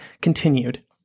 continued